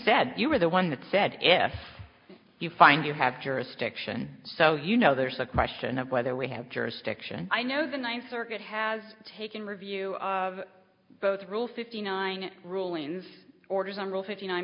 said you were the one that said if you find you have jurisdiction so you know there's the question of whether we have jurisdiction i know the ninth circuit has taken review of both rule fifty nine rulings orders on rule fifty nine